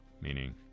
meaning